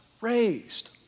raised